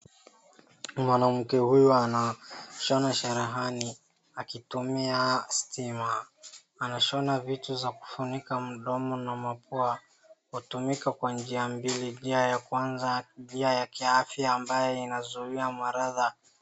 Mwanamke huyu anashona cherehani akitumia stima. Anashona vitu za kushona vitu za kufunika mdomo na mapua. Hutumika mara mbili; njia ya kwanza njia ya kiafya ambaye inazuia maradhi.